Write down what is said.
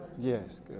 Yes